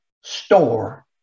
store